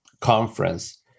Conference